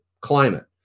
climate